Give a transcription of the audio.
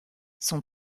son